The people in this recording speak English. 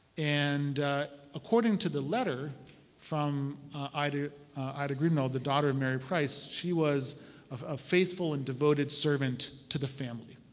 and according to the letter from ida ida grimnald, the daughter of mary price, she was a ah faithful and devoted servant to the family.